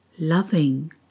loving